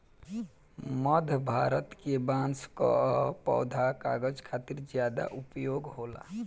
मध्य भारत के बांस कअ पौधा कागज खातिर ज्यादा उपयोग होला